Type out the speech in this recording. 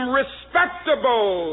respectable